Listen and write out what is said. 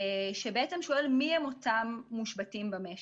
שבעצם שואל: מיהם אותם מושבתים במשק?